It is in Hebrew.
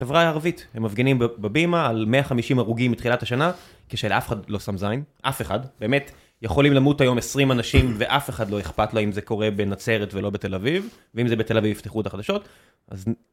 חברה ערבית. הם מפגינים בבימה על 150 הרוגים מתחילת השנה, כשלאף אחד לא שם זין, אף אחד, באמת יכולים למות היום 20 אנשים, ואף אחד לא אכפת לו אם זה קורה בנצרת ולא בתל אביב, ואם זה בתל אביב יפתחו את החדשות